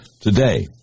today